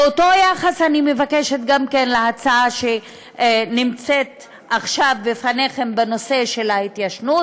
אותו יחס אני מבקשת גם להצעה שנמצאת עכשיו לפניכם בנושא ההתיישנות.